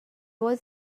was